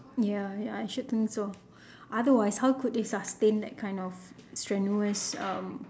ya ya I should think so otherwise how could they sustain that kind of strenuous um